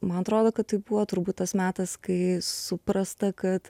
man atrodo kad tai buvo turbūt tas metas kai suprasta kad